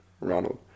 Ronald